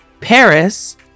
Paris